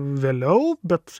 vėliau bet